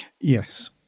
Yes